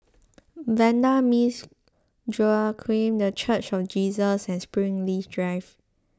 Vanda Miss Joaquim the Church of Jesus and Springleaf Drive